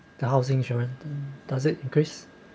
the housing insurance does it increase